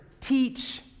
teach